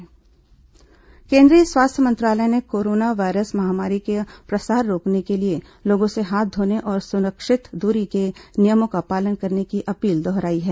corona स्वास्थ्य मंत्रालय अपील केंद्रीय स्वास्थ्य मंत्रालय ने कोरोना वायरस महामारी का प्रसार रोकने के लिए लोगों से हाथ धोने और सुरक्षित दूरी के नियमों का पालन करने की अपील दोहराई है